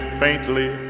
faintly